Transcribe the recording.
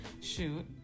shoot